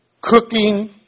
cooking